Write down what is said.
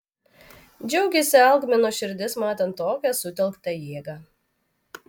džiaugiasi algmino širdis matant tokią sutelktą jėgą